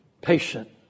patient